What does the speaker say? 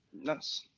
nice